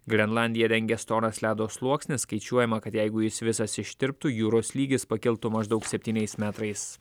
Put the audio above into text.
grenlandiją dengia storas ledo sluoksnis skaičiuojama kad jeigu jis visas ištirptų jūros lygis pakiltų maždaug septyniais metrais